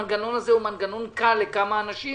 המנגנון הזה הוא מנגנון קל לכמה אנשים,